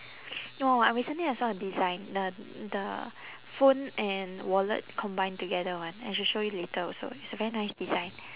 no I recently I saw a design the the phone and wallet combined together [one] I should show you later also it's a very nice design